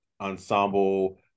ensemble